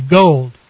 gold